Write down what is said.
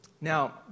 Now